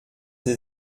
sie